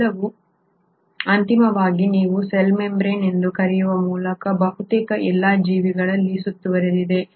ಇದೆಲ್ಲವೂ ಅಂತಿಮವಾಗಿ ನೀವು ಸೆಲ್ ಮೆಂಬ್ರೇನ್ ಎಂದು ಕರೆಯುವ ಮೂಲಕ ಬಹುತೇಕ ಎಲ್ಲಾ ಜೀವಿಗಳಲ್ಲಿ ಸುತ್ತುವರಿದಿದೆ